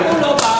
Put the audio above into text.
למה הוא לא בא?